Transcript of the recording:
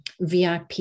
VIP